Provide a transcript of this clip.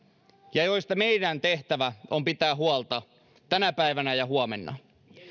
ja joista meidän tehtävämme on pitää huolta tänä päivänä ja huomenna